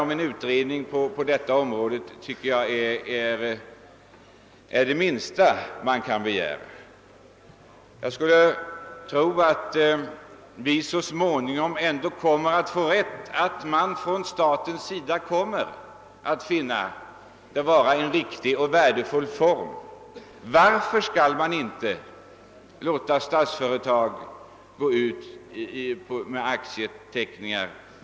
En utredning på detta område anser jag är det minsta man kan begära. Förmodligen kommer staten så småningom att finna det vara en riktig och värdefull arbetsform, att låta statsföretag gå ut med aktieteckning.